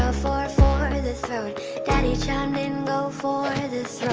ah for for the throat daddy chimed in, go for the